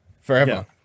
Forever